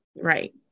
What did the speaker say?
Right